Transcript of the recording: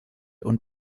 und